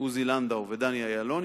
עוזי לנדאו ודניאל אילון,